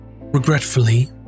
regretfully